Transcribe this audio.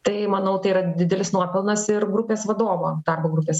tai manau tai yra didelis nuopelnas ir grupės vadovo darbo grupės